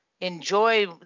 enjoy